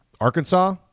Arkansas